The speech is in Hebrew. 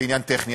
ועניין טכני,